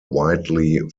widely